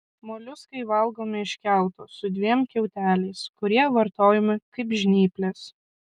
moliuskai valgomi iš kiauto su dviem kiauteliais kurie vartojami kaip žnyplės